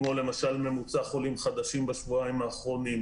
כמו למשל ממוצע חולים חדשים בשבועיים האחרונים,